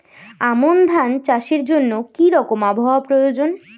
আমন ধান চাষের জন্য কি রকম আবহাওয়া প্রয়োজন?